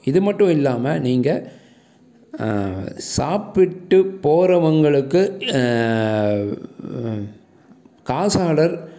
இது மட்டும் இல்லாம நீங்கள் சாப்பிட்டு போகறவங்களுக்கு காசாளர்